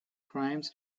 crimes